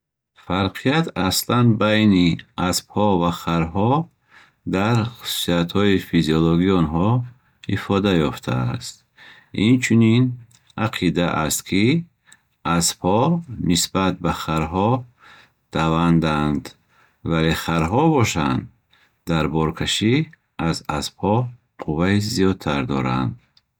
Фарқият байни аспҳо ва харҳо дар хусусиятҳои физиологии онҳо ифода ёфтааст. Инчунин ақида аст, ки аспҳо нисбат ба харҳо даванданд. вале харҳо бошанд дар боркашӣ аз аспҳо қувваи зиёддтар доранд.